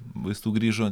vaistų grįžo